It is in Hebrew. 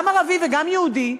גם ערבי וגם יהודי,